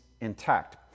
intact